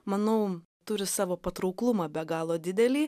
manau turi savo patrauklumą be galo didelį